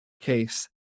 case